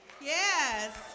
Yes